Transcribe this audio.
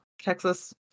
Texas